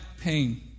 pain